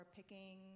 Picking